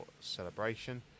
Celebration